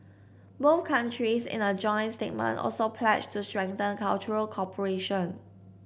both countries in a joint statement also pledged to strengthen cultural cooperation